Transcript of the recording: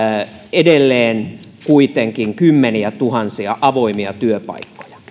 edelleen kuitenkin kymmeniätuhansia avoimia työpaikkoja